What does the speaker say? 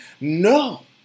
No